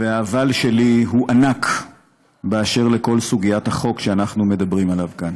וה"אבל" שלי הוא ענק באשר לכל סוגיית החוק שאנחנו מדברים עליו כאן,